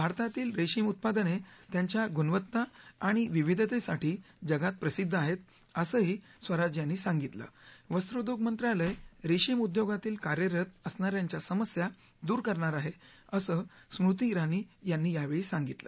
भारतातील रेशीम उत्पादने त्यांच्या गुणवत्ता आणि विविधतेसाठी जगात प्रसिद्ध आहेत असंही स्वराज यांनी सांगितल वस्त्योग मंत्रालय रेशीम उद्योगातील कार्यरत त्यांच्या समस्या दूर करणार आहे असं स्मृती इराणी यांनी यावेळी सांगितलं